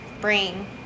brain